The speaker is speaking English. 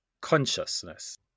consciousness